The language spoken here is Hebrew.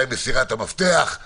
לוח גדול עם פירוט מתי מסירת המפתח,